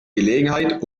gelegenheit